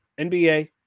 NBA